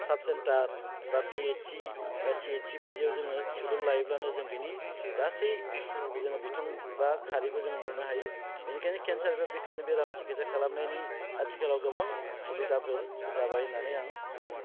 साब सेन्टार एबा P H C बा सि एच सि बायदियाव जोङो सुलुं लायोब्लानो जों बिनि गासै जोङो बिथं एबा खारिफोरखौ जों मोननो हायो बेनिखायनो केन्सार एबा बिखानि बेराम सिखिथसा खालामनायनि आथिखालाव गोबां सुबिदाफोर जाबाय होननानै आं सानो